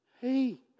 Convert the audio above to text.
Hey